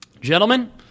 Gentlemen